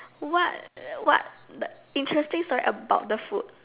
what what interesting story about the food